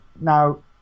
now